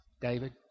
David